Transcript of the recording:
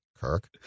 Kirk